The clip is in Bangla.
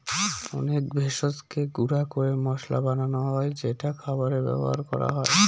অনেক ভেষজকে গুঁড়া করে মসলা বানানো হয় যেটা খাবারে ব্যবহার করা হয়